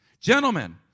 Gentlemen